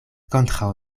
kontraŭ